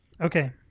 Okay